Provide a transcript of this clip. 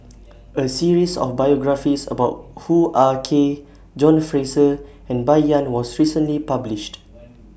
A series of biographies about Hoo Ah Kay John Fraser and Bai Yan was recently published